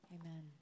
Amen